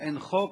אין חוק,